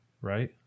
Right